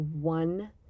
one